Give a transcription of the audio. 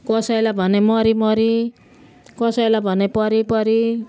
कसैलाई भने मरीमरी कसैलाई भने परीपरी